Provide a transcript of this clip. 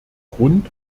grund